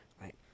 right